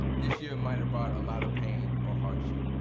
this year might've brought a lot of pain or hardship.